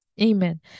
Amen